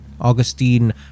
Augustine